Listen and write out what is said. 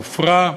עופרה,